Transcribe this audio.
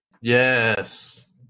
Yes